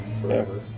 forever